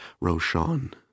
Roshan